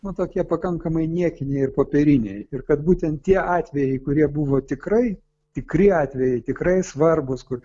nu tokie pakankamai niekiniai ir popieriniai ir kad būtent tie atvejai kurie buvo tikrai tikri atvejai tikrai svarbūs kur